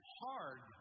hard